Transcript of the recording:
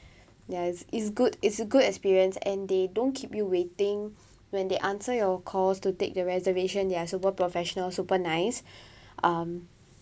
ya it's it's good it's a good experience and they don't keep you waiting when they answer your calls to take the reservation they are super professional super nice um